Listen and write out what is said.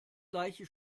gleiche